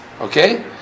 Okay